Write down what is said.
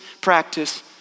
practice